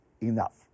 enough